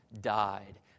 died